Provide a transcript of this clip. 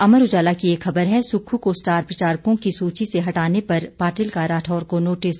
अमर उजाला की एक खबर है सुक्खू को स्टार प्रचारकों की सूची से हटाने पर पाटिल का राठौर को नोटिस